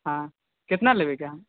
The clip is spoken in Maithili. हँ कितना लेबयके हए